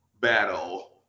battle